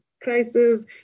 crisis